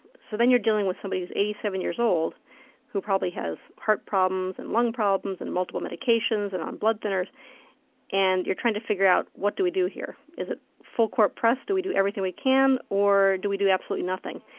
so then you're dealing with somebody who's eighty seven years old who probably has heart problems, and lung problems, and multiple medications, and on blood thinners and you're trying to figure out what do we do here. is it full-court press, do we do everything we can or do we do absolutely nothing?